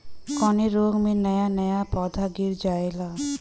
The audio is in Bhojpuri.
कवने रोग में नया नया पौधा गिर जयेला?